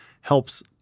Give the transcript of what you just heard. helps